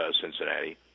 Cincinnati